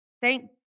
Thank